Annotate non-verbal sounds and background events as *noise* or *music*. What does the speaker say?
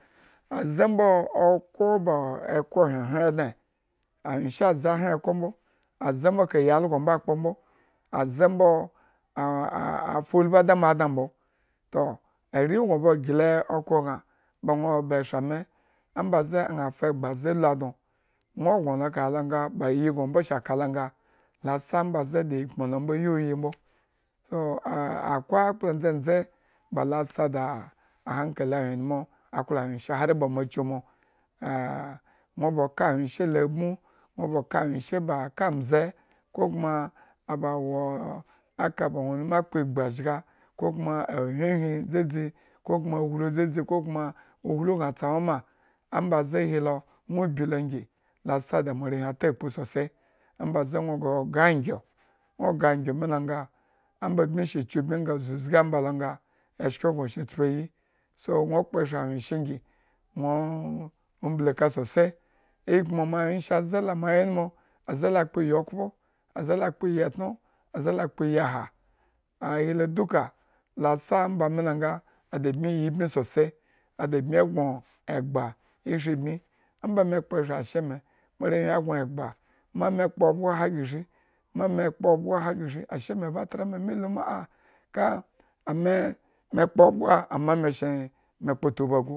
Aze mbo okhro, okhro hohyen odne, anwyeshe aze hyen ekhro mbo. Aze mbo *hesitation* fulbidi mo adna mbo, toh ari ba nwo gile okh gña fa egba ze lugi a dno. nwo gno lo ekahe nga ba iyi gno mbo saka lo nga lasa mbo ada ikumu lo mbo, so, a akwai akpla ndzendze ba la su daa ahankali anwyenmu oklo anwyeshe hari ba mo aa nwo ba ka anwyeshe la abmo, nwo ba ka anwyeshe baka mbze ko kuma aba woo aka nwo, ba ñaa makpo igbuzga. ko kuma uhlu ñaa tse mama mbaze ahi lo nwo bilo ngi la sa da moarewhi atakpu sosai ombaze nwo gre angyo la nga eshko shantpuayi so, nwo kpo eshra anwyeshe nwo mbli oka sosai ikumu moanwyeshe ze la moanwyeshe aze la kpo iyi okhpo, aze la kpo n la ko iyi etno, aze la kpo iyiha, ahi duka la sa amba mi lo nga ada bmi yi bmi sosai, ada bmi gno egba eshrin bmi omba me kpo eshre ashe me moarewhi gno egba ma-me kpo obyoha greshri ma-me kpo obgoha greshiri ashe. nme ba atra me mi lu ma aa, ka amee mu kpo obgo ha